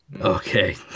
Okay